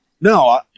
No